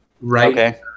Right